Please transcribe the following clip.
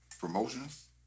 promotions